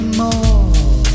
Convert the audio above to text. more